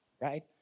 right